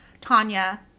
Tanya